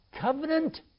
covenant